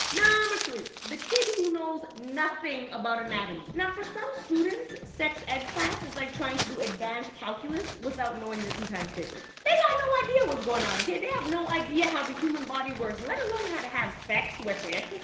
number three the kid who knows nothing about anatomy. now for some students, sex ed class is like trying to do advanced calculus without knowing your two times tables. they've got no idea what's going on, okay? they have no idea how the human body works, let alone how to have sex with it.